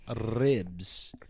ribs